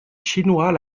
chinois